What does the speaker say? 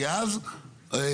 כי אז הפקרות.